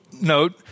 note